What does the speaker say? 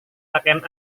pakaian